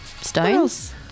Stones